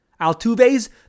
altuve's